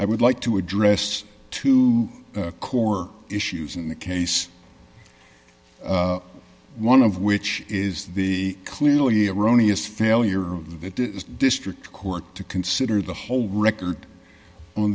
i would like to address two core issues in the case one of which is the clearly erroneous failure of the district court to consider the whole record on